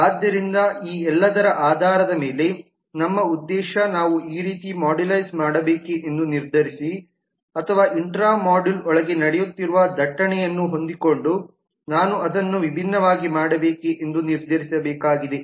ಆದ್ದರಿಂದ ಈ ಎಲ್ಲದರ ಆಧಾರದ ಮೇಲೆ ನಮ್ಮ ಉದ್ದೇಶ ನಾವು ಈ ರೀತಿ ಮಾಡ್ಯುಲೈಸ್ ಮಾಡಬೇಕೆ ಎಂದು ನಿರ್ಧರಿಸಿ ಅಥವಾ ಇಂಟ್ರಾ ಮಾಡ್ಯೂಲ್ ಒಳಗೆ ನಡೆಯುತ್ತಿರುವ ದಟ್ಟಣೆ ಯನ್ನು ಹೊಂದಿಕೊಂಡು ನಾನು ಅದನ್ನು ವಿಭಿನ್ನವಾಗಿ ಮಾಡಬೇಕೆ ಎಂದು ನಿರ್ಧರಿಸಬೇಕಿದೆ